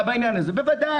בוודאי,